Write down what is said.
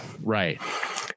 right